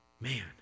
man